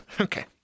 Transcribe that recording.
Okay